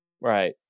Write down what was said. Right